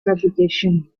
fabrication